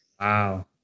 wow